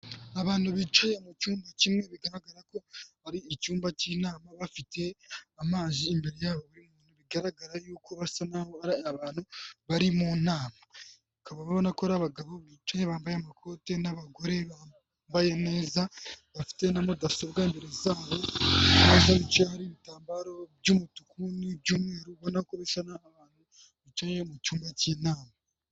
Abantu bicaye mu cyumba kimwe bigaragara ko ari icyumba cy'inama bafite amazi imbere yabo buri muntu bigaragara yuko basa n'aho ari abantu bari mu nama. Ukaba ubona ko abagabo bicaye bambaye amakoti n'abagore bambaye neza bafite na mudasobwa imbere zabo, ameza bicayeho ariho ibitambaro by'umutuku n'iby'umweru, ubona ko bisa n'abantu bicaye mu cyumba cy'inama.